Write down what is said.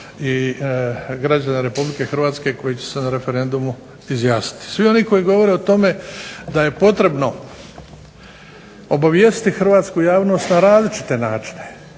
i građane Republike Hrvatske koji će se na referendumu izjasniti. Svi oni koji govore o tome da je potrebno obavijestiti hrvatsku javnost na različite načine,